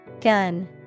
Gun